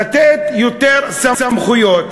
לתת יותר סמכויות.